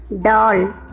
doll